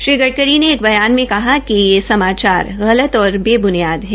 श्री गडकरी ने एक बयान में कहा है कि यह समाचार गलत और बे ब्नियाद है